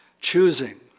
choosing